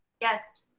yes.